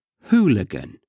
Hooligan